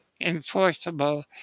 enforceable